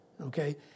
Okay